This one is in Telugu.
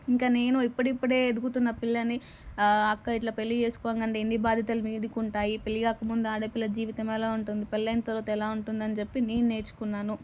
ఇంకా నేను ఇప్పుడిప్పుడే ఎదుగుతున్న పిల్లని అక్క ఇట్లా పెళ్ళి చేసుకోగానే ఎన్ని బాధ్యతలు మీదికి ఉంటాయి పెళ్ళి కాక ముందు ఆడపిల్ల జీవితం ఎలా ఉంటుంది పెళ్ళైన తరువాత ఎలా ఉంటుందని చెప్పి నేను నేర్చుకున్నాను